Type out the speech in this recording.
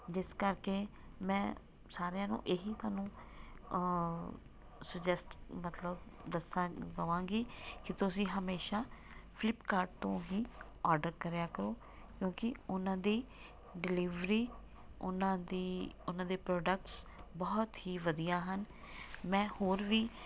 ਜਿਸ ਕਰਕੇ ਮੈਂ ਸਾਰਿਆਂ ਨੂੰ ਇਹੀ ਤੁਹਾਨੂੰ ਸਜੈਸਟ ਮਤਲਬ ਦੱਸਾਂਗੀ ਕਹਾਂਗੀ ਕਿ ਤੁਸੀਂ ਹਮੇਸ਼ਾ ਫਲਿਪਕਾਰਟ ਤੋਂ ਹੀ ਆਰਡਰ ਕਰਿਆ ਕਰੋ ਕਿਉਂਕਿ ਉਹਨਾਂ ਦੀ ਡਿਲੀਵਰੀ ਉਹਨਾਂ ਦੀ ਉਹਨਾਂ ਦੇ ਪ੍ਰੋਡਕਸ ਬਹੁਤ ਹੀ ਵਧੀਆ ਹਨ ਮੈਂ ਹੋਰ ਵੀ